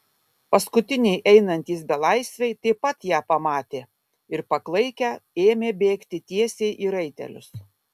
paskutiniai einantys belaisviai taip pat ją pamatė ir paklaikę ėmė bėgti tiesiai į raitelius